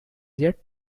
yet